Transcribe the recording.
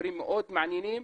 דברים מאוד מעניינים,